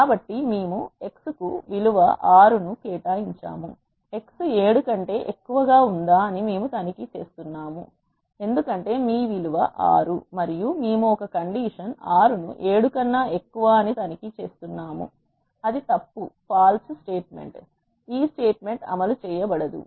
కాబట్టి మేము x కు విలువ 6 ను కేటాయించాము x 7 కంటే ఎక్కువగా ఉందా అని మేము తనిఖీ చేస్తున్నాము ఎందుకంటే మీ విలువ 6 మరియు మేము ఒక కండీషన్ 6 ను 7 కన్నా ఎక్కువ అని తనిఖీ చేస్తున్నాము ఇది తప్పు ఈ స్టేట్మెంట్ అమలు చేయ బడదు